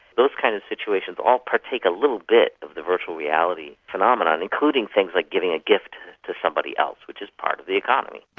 those kind of situations all partake a little bit of the virtual reality phenomenon, including things like giving a gift to somebody else, which is part of the economy.